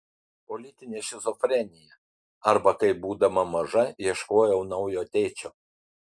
politinė šizofrenija arba kaip būdama maža ieškojau naujo tėčio